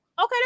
Okay